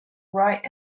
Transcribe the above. bright